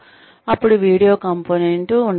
అప్పుడు video component ఉండవచ్చు